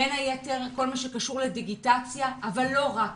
בין היתר בכל מה שקשור לדיגיטציה אבל לא רק.